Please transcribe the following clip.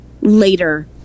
later